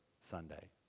Sunday